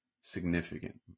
significant